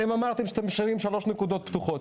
אתם אמרתם שאתם משאירים שלוש נקודות פתוחות.